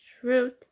truth